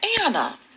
Anna